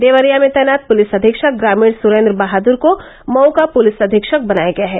देवरिया में तैनात पुलिस अधीक्षक ग्रामीण सुरेन्द्र बहादुर को मऊ का पुलिस अधीक्षक बनाया गया है